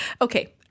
okay